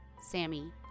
Sammy